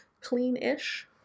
clean-ish